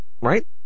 right